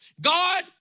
God